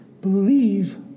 believe